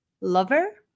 lover